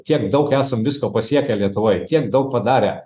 tiek daug esam visko pasiekę lietuvoj tiek daug padarę